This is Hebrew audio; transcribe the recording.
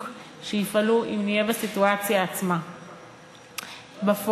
שיפעלו אם נהיה בסיטואציה עצמה בפועל,